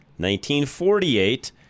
1948